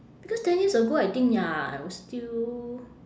because ten years ago I think ya I was still